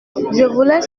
voulais